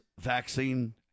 Vaccine